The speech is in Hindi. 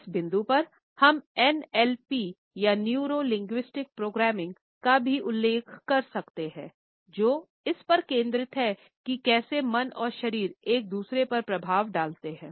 इस बिंदु पर हम NLP या न्यूरो का भी उल्लेख कर सकते हैं जो इस पर केंद्रित हैं कि कैसे मन और शरीर एक दूसरे पर प्रभाव डालते हैं